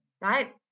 right